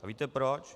A víte proč?